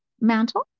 mantle